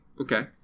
Okay